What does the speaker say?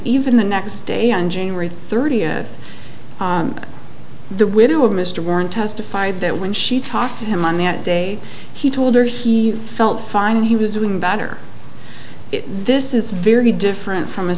even the next day on january thirtieth the widow of mr warren testified that when she talked to him on that day he told her he felt fine he was doing better it this is very different from a